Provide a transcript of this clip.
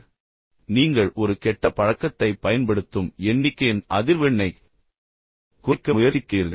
எனவே நீங்கள் ஒரு கெட்ட பழக்கத்தைப் பயன்படுத்தும் எண்ணிக்கையின் அதிர்வெண்ணைக் குறைக்க முயற்சிக்கிறீர்கள்